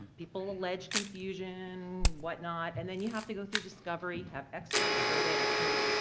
people allege confusion, whatnot, and then you have to go through discovery, have experts, survey experts,